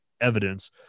evidence